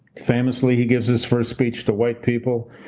famously he gives his first speech to white people.